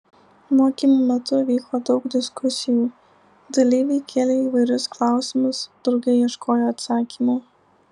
mokymų metu vyko daug diskusijų dalyviai kėlė įvairius klausimus drauge ieškojo atsakymų